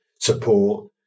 support